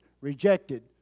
rejected